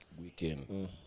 weekend